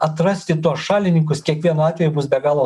atrasti tuos šalininkus kiekvienu atveju bus be galo